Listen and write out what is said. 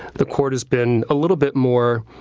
the court has been a little bit more